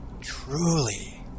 Truly